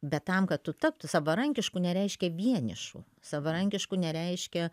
bet tam kad tu taptum savarankišku nereiškia vienišu savarankišku nereiškia